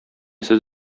сез